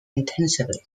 intensively